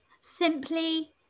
simply